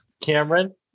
cameron